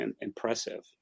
impressive